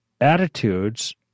attitudes